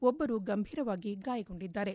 ಒಬ್ಲರು ಗಂಭೀರವಾಗಿ ಗಾಯಗೊಂಡಿದ್ದಾರೆ